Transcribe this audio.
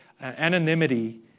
anonymity